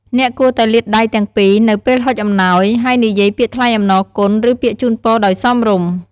អ្នកគួរតែលាតដៃទាំងពីរនៅពេលហុចអំណោយ ហើយនិយាយពាក្យថ្លែងអំណរគុណ ឬពាក្យជូនពរដោយសមរម្យ។